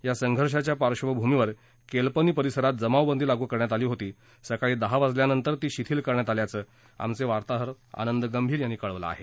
या संघर्षाच्या पार्बभूमीवर केलपनी परिसरात जमावबंदी लागू करण्यात आली होती सकाळी दहा वाजल्यानंतर ती शिथील करण्यात आल्याचं आमचे वार्ताहर आनंद गंभीर यांनी कळवलं आहे